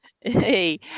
Hey